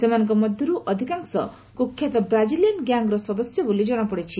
ସେମାନଙ୍କ ମଧ୍ୟରୁ ଅଧିକାଂଶ କୁଖ୍ୟାତ ବ୍ରାଜିଲିଆନ୍ ଗ୍ୟାଙ୍ଗର ସଦସ୍ୟ ବୋଲି ଜଣାପଡ଼ିଛି